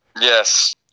Yes